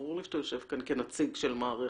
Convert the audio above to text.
ברור לי שאתה יושב כאן כנציג של מערכת,